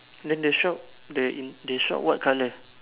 then the shop the in the shop what colour